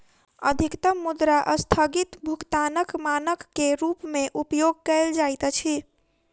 अधिकतम मुद्रा अस्थगित भुगतानक मानक के रूप में उपयोग कयल जाइत अछि